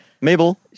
Mabel